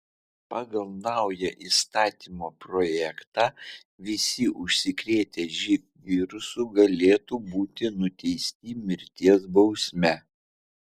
pagal naują įstatymo projektą visi užsikrėtę živ virusu galėtų būti nuteisti mirties bausme